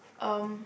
um